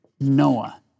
Noah